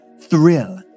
thrill